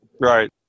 Right